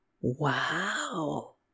Wow